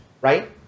right